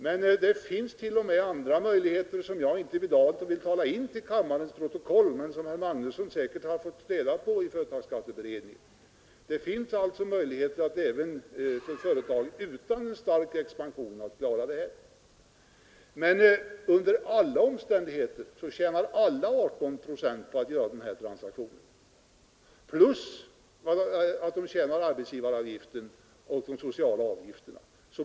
Men det finns också andra möjligheter, som jag inte i dag vill tala in till kammarens protokoll men som herr Magnusson säkert har fått reda på i företagsskatteberedningen. Även företag utan stark expansion kan alltså klara det här. Under alla omständigheter tjänar alla 18 procent på att göra den här transaktionen plus att de tjänar in arbetsgivaravgiften och de sociala avgifterna.